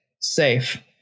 safe